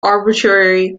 arbitrary